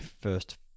first